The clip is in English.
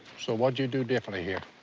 so what'd you do differently here?